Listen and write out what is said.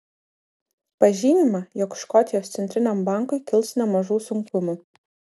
pažymima jog škotijos centriniam bankui kils nemažų sunkumų